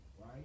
right